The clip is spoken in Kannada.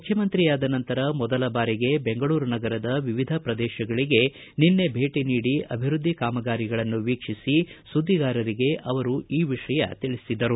ಮುಖ್ಣಮಂತ್ರಿ ಆದ ನಂತರ ಮೊದಲ ಬಾರಿಗೆ ಬೆಂಗಳೂರು ನಗರದ ವಿವಿಧ ಪ್ರದೇಶಗಳಿಗೆ ನಿನ್ನೆ ಭೇಟಿ ನೀಡಿ ಅಭಿವೃದ್ದಿ ಕಾಮಗಾರಿಗಳನ್ನು ವೀಕ್ಷಿಸಿ ಸುದ್ದಿಗಾರರಿಗೆ ಅವರು ಈ ವಿಷಯ ತಿಳಿಸಿದರು